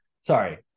Sorry